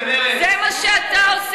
ממה שאתה מוביל אותנו,